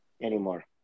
anymore